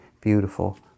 beautiful